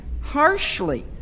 harshly